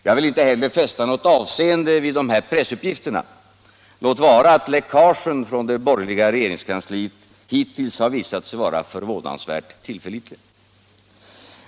Jag vill inte heller fästa något avseende vid dessa pressuppgifter, låt vara att läckagen från det borgerliga regeringskansliet hittills visat sig vara förvånansvärt tillförlitliga.